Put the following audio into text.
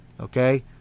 Okay